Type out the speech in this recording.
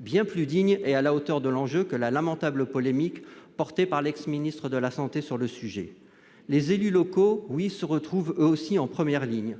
bien plus digne et à la hauteur de l'enjeu que la lamentable polémique lancée par l'ex-ministre de la santé sur le sujet. Oui, les élus locaux se retrouvent eux aussi en première ligne.